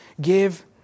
give